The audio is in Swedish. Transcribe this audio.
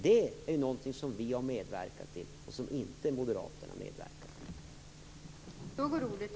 Det är någonting som vi har medverkat till och som inte moderaterna har medverkat till.